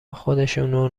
خودشونو